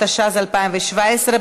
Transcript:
התשע"ז 2017,